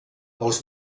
els